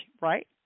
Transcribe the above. right